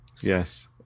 Yes